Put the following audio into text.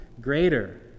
greater